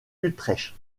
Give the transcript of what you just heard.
utrecht